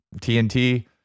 TNT—